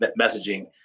messaging